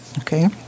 Okay